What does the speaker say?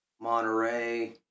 Monterey